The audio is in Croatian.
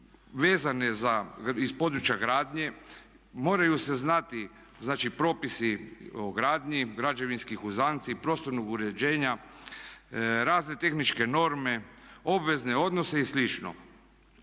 vezane za, iz područja gradnje moraju se znati, znači propisi o gradnji, građevinskih uzanci, prostornog uređenja, razne tehničke norme, obvezne odnose i